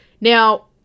Now